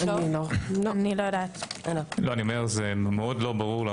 זה מאוד לא ברור.